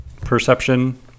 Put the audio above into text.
perception